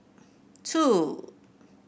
two